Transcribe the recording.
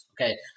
Okay